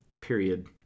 period